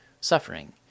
suffering